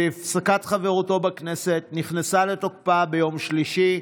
שהפסקת חברותו בכנסת נכנסה לתוקפה ביום שלישי,